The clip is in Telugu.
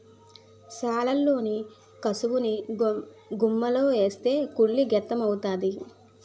సాలలోన కసవను గుమ్మిలో ఏస్తే కుళ్ళి గెత్తెము అవుతాది